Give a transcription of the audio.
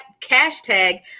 hashtag